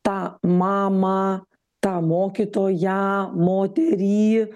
tą mamą tą mokytoją moterį